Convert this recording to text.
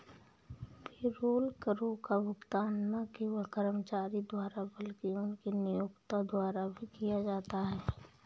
payroll करों का भुगतान न केवल कर्मचारी द्वारा बल्कि उनके नियोक्ता द्वारा भी किया जाता है